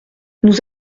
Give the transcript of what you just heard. nous